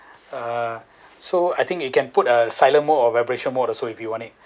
uh so I think you can put a silent mode or vibration mode also if you want it